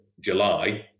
July